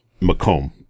Macomb